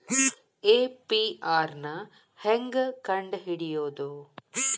APR ನ ಹೆಂಗ್ ಕಂಡ್ ಹಿಡಿಯೋದು?